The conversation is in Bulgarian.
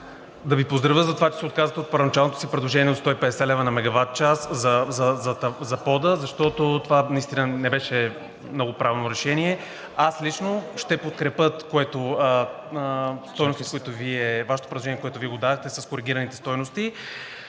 да Ви поздравя за това, че се отказахте от първоначалното си предложение от 150 лв. на мегават- час за под, защото това наистина не беше много правилно решение. Аз лично ще подкрепя Вашето предложение, което Вие дадохте с коригираните стойности.